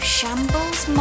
Shambles